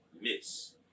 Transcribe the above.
Miss